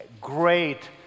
great